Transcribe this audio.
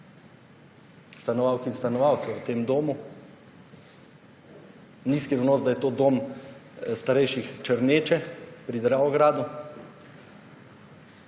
stanovalk in stanovalcev v tem domu. Ni skrivnost, da je to Dom starejših Črneče pri Dravogradu.